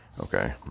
okay